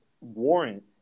warrant